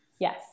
Yes